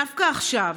דווקא עכשיו,